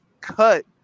cut